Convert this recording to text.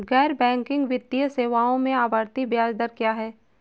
गैर बैंकिंग वित्तीय सेवाओं में आवर्ती ब्याज दर क्या है?